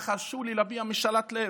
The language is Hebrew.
אך הרשו לי להביע משאלת לב: